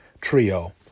trio